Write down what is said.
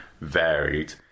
varied